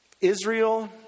Israel